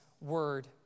word